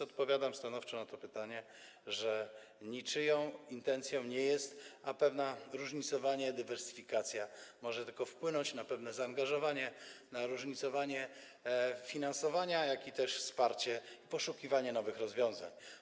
Odpowiadam stanowczo na to pytanie, że nie jest to niczyją intencją, a pewne różnicowanie, dywersyfikacja może tylko wpłynąć na zaangażowanie, na różnicowanie finansowania, jak też na wsparcie i poszukiwanie nowych rozwiązań.